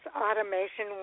Automation